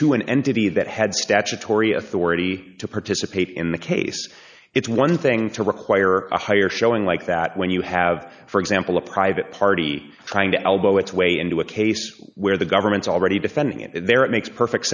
to an entity that had statutory authority to participate in the case it's one thing to require a higher showing like that when you have for example a private party trying to elbow its way into a case where the government's already defending it there it makes perfect